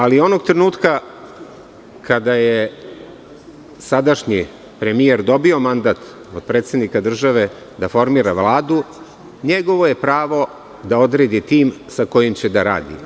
Ali, onog trenutka kada je sadašnji premijer dobio mandat od predsednika države da formira Vladu, njegovo je pravo da odredi tim kojim će da radi.